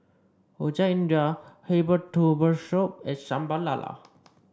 Rojak India Herbal Soup and Sambal Lala